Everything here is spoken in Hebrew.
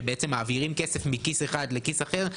כשבעצם מעבירים כסף מכיס אחד לכיס אחר,